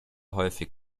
häufig